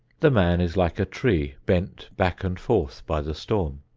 the man is like a tree bent back and forth by the storm.